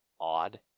odd